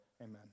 Amen